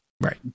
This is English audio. Right